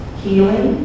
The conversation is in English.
healing